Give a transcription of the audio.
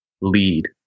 lead